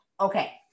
okay